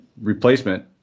replacement